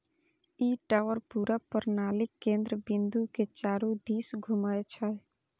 ई tower पूरा प्रणालीक केंद्र बिंदु के चारू दिस घूमै छै